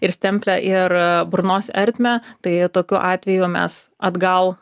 ir stemplę ir burnos ertmę tai tokiu atveju mes atgal